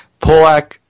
Polak